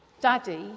daddy